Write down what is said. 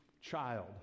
child